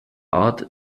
art